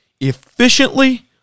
efficiently